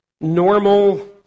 normal